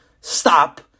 stop